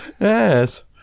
Yes